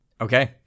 okay